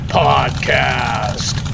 podcast